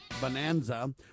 bonanza